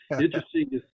Interesting